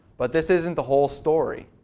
but this isn't the whole story.